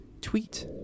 tweet